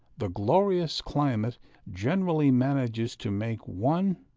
the glorious climate generally manages to make one,